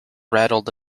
rattled